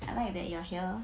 I like that you are here